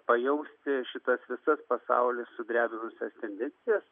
pajausti šitas visas pasaulį sudrebinusias tendencijas